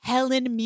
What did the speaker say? Helen